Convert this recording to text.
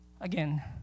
Again